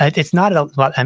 it's not a, but and